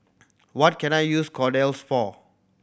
what can I use Kordel's for